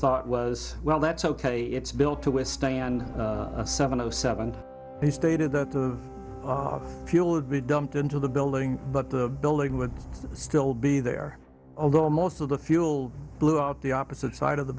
thought was well that's ok it's built to withstand a seven o seven he stated that the fuel would be dumped into the building but the building would still be there although most of the fuel blew out the opposite side of the